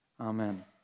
Amen